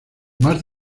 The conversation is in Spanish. más